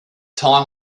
time